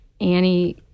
Annie